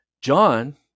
John